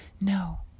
No